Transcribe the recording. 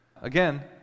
Again